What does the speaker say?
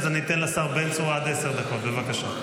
אז אני אתן לשר בן צור עד עשר דקות, בבקשה.